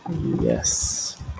Yes